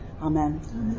Amen